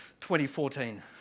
2014